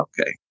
okay